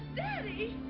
daddy!